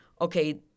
okay